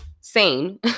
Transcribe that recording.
sane